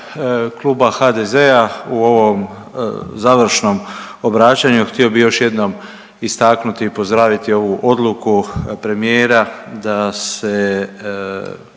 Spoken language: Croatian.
kluba HDZ-a u ovom završnom obraćanju htio bih još jednom istaknuti i pozdraviti ovu odluku premijera da se